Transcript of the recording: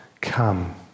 come